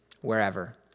wherever